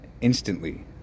instantly